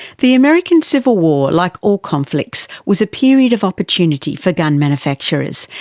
the american civil war, like all conflicts, was a period of opportunity for gun manufacturers,